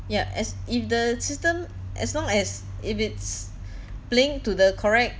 yeah as if the system as long as if it's playing to the correct